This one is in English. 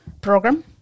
program